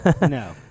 No